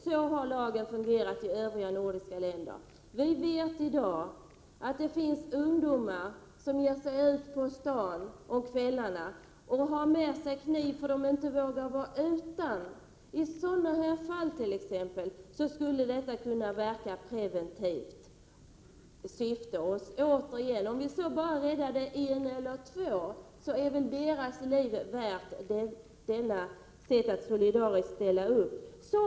Så har lagen också fungerat i övriga nordiska länder. Vi vet att det finns ungdomar som ger sig ut på stan på kvällarna och har med sig kniv därför att de inte vågar vara utan. I sådana fall skulle ett förbud mot att bära kniv på allmän plats kunna verka preventivt. Om vi därmed så bara räddar en eller två, är väl deras liv värda den solidariska insats som krävs.